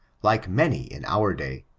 like many in our day,